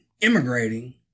immigrating